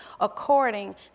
according